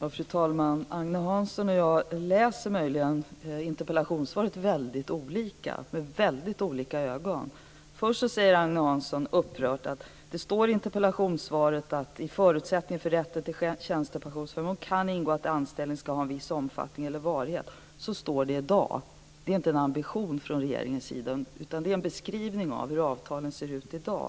Fru talman! Agne Hansson och jag läser möjligen interpellationssvaret väldigt olika. Vi ser på det med väldigt olika ögon. Först säger Agne Hansson upprört att det står i interpellationssvaret att i förutsättningen för rätten till tjänstepensionsförmån kan ingå att anställningen ska ha en viss omfattning eller varaktighet. Så står det i dag. Det är inte en ambition från regeringens sida, utan det är en beskrivning av hur avtalen ser ut i dag.